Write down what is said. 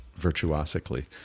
virtuosically